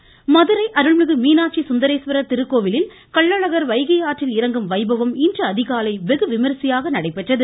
கள்ளழகர் மதுரை அருள்மிகு மீனாட்சி சுந்தரேஸ்வரர் திருக்கோவிலில் கள்ளழகர் வைகை ஆற்றில் இறங்கும் வைபவம் இன்று அதிகாலை வெகுவிமர்சையாக நடைபெற்றது